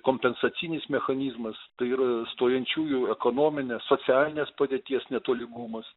kompensacinis mechanizmas ta yra stojančiųjų ekonominės socialinės padėties netolygumas